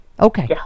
Okay